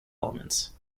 elements